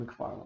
mcfarland